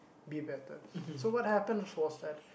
be better so what happened was that